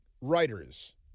writers